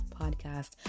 podcast